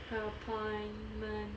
appointment